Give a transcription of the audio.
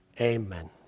Amen